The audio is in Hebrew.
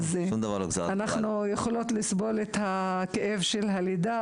שום דבר לא --- אנחנו יכולות לסבול את הכאב של הלידה